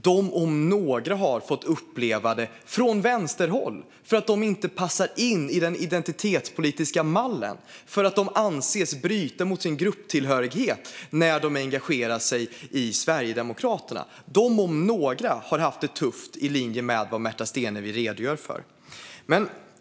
De om några har fått uppleva detta - från vänsterhåll. De passar inte in i den identitetspolitiska mallen. De anses bryta mot sin grupptillhörighet när de engagerar sig i Sverigedemokraterna. De om några har haft det tufft i linje med vad Märta Stenevi redogör för.